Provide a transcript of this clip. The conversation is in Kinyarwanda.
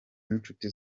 n’inshuti